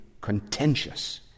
contentious